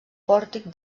pòrtic